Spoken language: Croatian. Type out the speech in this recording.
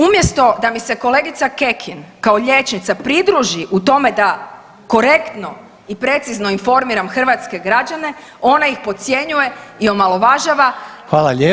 Umjesto da mi se kolegica Kekin kao liječnica pridruži u tome da korektno i precizno informiram hrvatske građane ona ih podcjenjuje i omalovažava